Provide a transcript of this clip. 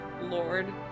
Lord